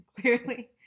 Clearly